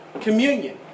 communion